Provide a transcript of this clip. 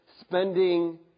spending